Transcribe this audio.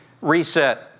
reset